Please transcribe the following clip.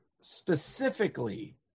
specifically